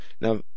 now